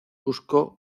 buscó